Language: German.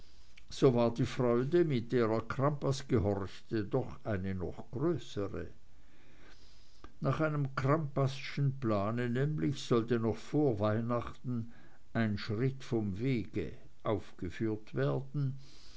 so war die freude mit der er crampas gehorchte doch noch eine größere nach einem crampasschen plan nämlich sollte noch vor weihnachten ein schritt vom wege aufgeführt werden